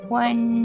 one